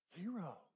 Zero